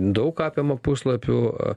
daug apima puslapių